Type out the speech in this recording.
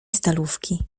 stalówki